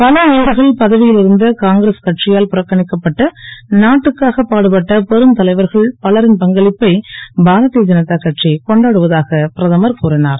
பல ஆண்டுகள் பதவி ல் இருந்த காங்கிரஸ் கட்சியால் புறக்கணிக்கப்பட்ட நாட்டுக்காக பாடுபட்ட பெரும் தலைவர்கள் பலரின் பங்களிப்பை பாரதிய ஜனதா கட்சி கொண்டாடுவதாக பிரதமர் கூறினார்